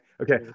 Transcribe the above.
Okay